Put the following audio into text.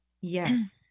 Yes